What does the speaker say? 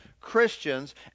Christians